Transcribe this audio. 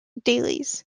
dailies